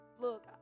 Look